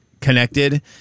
connected